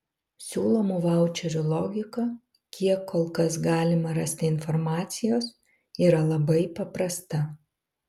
siūlomų vaučerių logika kiek kol kas galima rasti informacijos yra labai paprasta